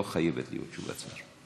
לא חייבת להיות תשובת שר.